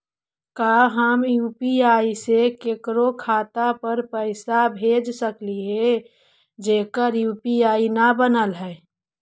का हम यु.पी.आई से केकरो खाता पर पैसा भेज सकली हे जेकर यु.पी.आई न बनल है?